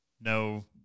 no